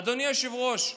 אדוני היושב-ראש,